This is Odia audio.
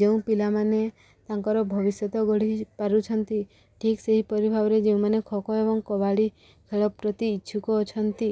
ଯେଉଁ ପିଲାମାନେ ତାଙ୍କର ଭବିଷ୍ୟତ ଗଢ଼ି ପାରୁଛନ୍ତି ଠିକ୍ ସେହିପରି ଭାବରେ ଯେଉଁମାନେ ଖୋଖୋ ଏବଂ କବାଡ଼ି ଖେଳ ପ୍ରତି ଇଚ୍ଛୁକ ଅଛନ୍ତି